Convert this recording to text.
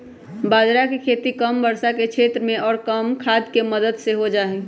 बाजरा के खेती कम वर्षा के क्षेत्र में और कम खाद के मदद से हो जाहई